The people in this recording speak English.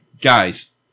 guys